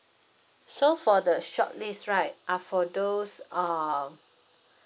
so for the shortlist right are for those err